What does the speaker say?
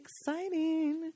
exciting